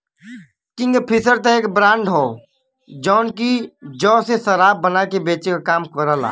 Kingfisher त एक brand हौ जौन की जौ से शराब बना के बेचे क काम करला